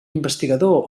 investigador